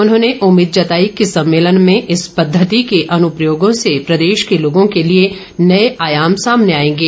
उन्होंने उम्मीद जताई कि सम्मेलन में इस पद्धति के अनुप्रयोगों से प्रदेश के लोगों के लिए नए आयाम सामने आएंगे